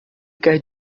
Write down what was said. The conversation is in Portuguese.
quer